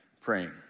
praying